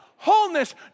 wholeness